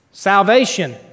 salvation